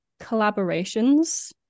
collaborations